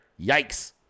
Yikes